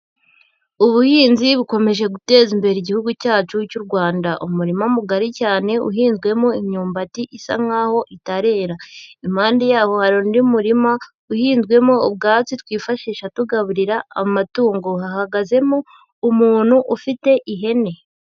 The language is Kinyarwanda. Ubuhinzi bukomeje guteza imbere Igihugu cyacu cy'u Rwanda, umurima mugari cyane uhinzwemo imyumbati isa nk'aho itarera, impande yaho hari undi murima uhinzwemo ubwatsi twifashisha tugaburira amatungo, hahagazemo umuntu ufite ihene.